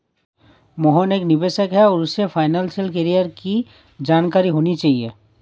मोहन एक निवेशक है और उसे फाइनेशियल कैरियर की जानकारी होनी चाहिए